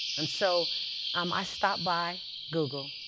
and so um i stopped by google.